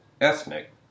ethnic—